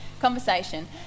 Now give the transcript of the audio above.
Conversation